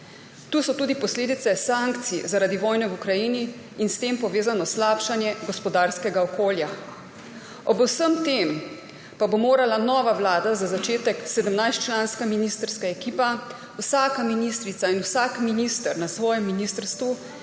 Tukaj so tudi posledice sankcij zaradi vojne v Ukrajini in s tem povezano slabšanje gospodarskega okolja. Ob vsem tem pa bo morala nova vlada, za začetek 17-članska ministrska ekipa, vsaka ministrica in vsak minister na svojem ministrstvu